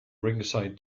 ringside